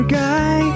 guy